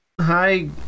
hi